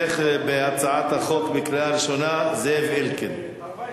הצעת חוק היכל התנ"ך בירושלים,